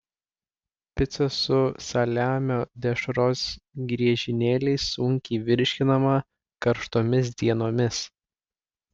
pica su saliamio dešros griežinėliais sunkiai virškinama karštomis dienomis